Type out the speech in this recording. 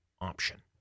option